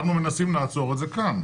אנחנו מנסים לעצור את זה כאן.